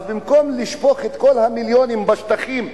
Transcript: אז במקום לשפוך את כל המיליונים בשטחים,